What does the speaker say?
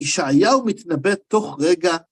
ישעיהו מתנבא תוך רגע.